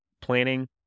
planning